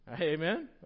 Amen